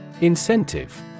Incentive